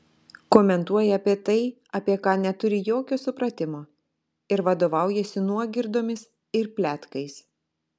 komentuoja apie tai apie ką neturi jokio supratimo ir vadovaujasi nuogirdomis ir pletkais